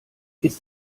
ist